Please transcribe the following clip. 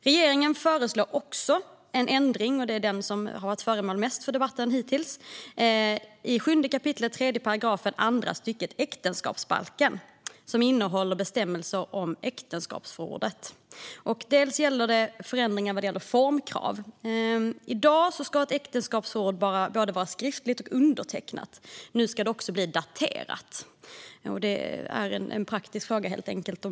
Regeringen föreslår också en ändring, vilken hittills mest har varit föremål för debatten, i 7 kap. 3 § andra stycket äktenskapsbalken, som innehåller bestämmelser om äktenskapsförord. Det gäller bland annat förändringar om formkrav. I dag ska ett äktenskap vara både skriftligt och undertecknat. Nu ska det också vara daterat. Det är helt enkelt en praktisk fråga.